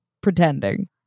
pretending